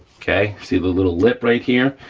okay, see the little lip right here.